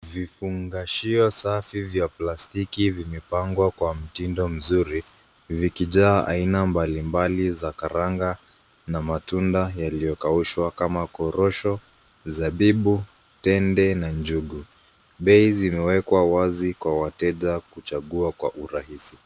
Vifungashio safi vya plastiki vimepangwa kwa mtindo mzuri vikijaa aina mbalimbali za karanga na matunda yaliyokaushwa kama korosho, zabibu, tende na njugu, bei zimewekwa wazi kwa wateja kuchagua kwa urahisi.